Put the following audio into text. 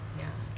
yeah